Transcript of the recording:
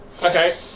Okay